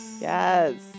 yes